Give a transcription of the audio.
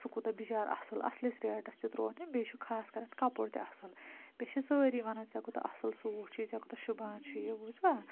سُہ کوٗتاہ بِچار اَصٕل اصلِس ریٹَس تہِ تراو تٔمۍ بیٚیہِ چھُ خاص کَر کَپُر تہِ اَصٕل بیٚیہِ چھِ سٲری وَنان ژےٚ کوٗتاہ اَصٕل سوٗٹھ چھی ژےٚ کوٗتاہ شوٗبان چھُ یہِ بوٗزٕوا